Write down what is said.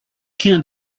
can’t